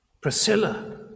Priscilla